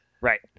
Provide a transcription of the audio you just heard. right